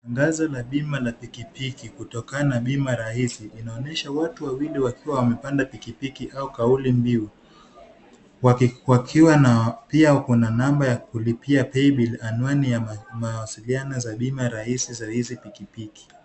Tangazo la bima ya piki piki kutokana Bima Rahisi, linaonyesha watu wawili wakiwa wamepanda pikipiki na kauli mbiu. Pia wako na namba ya kulipia paybill . Anwani ya mawasiliano za Bima Rahisi ya hizi pikipiki.